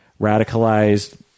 radicalized